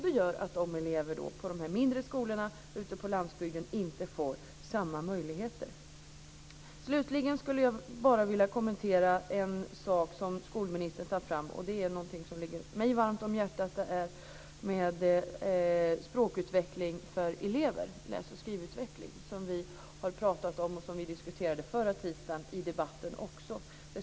Det gör att eleverna på de mindre skolorna ute på landsbygden inte får samma möjligheter. Slutligen skulle jag bara vilja kommentera en sak som skolministern tar upp. Det gäller något som ligger mig varmt om hjärtat, nämligen det här med språkutveckling för elever, alltså läs och skrivutveckling. Det har vi pratat om, och det diskuterade vi också förra tisdagen i debatten.